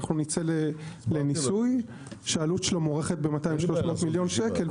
אנחנו נצא לניסוי שהעלות שלו מוערכת ב-200-300 מיליון שקלים,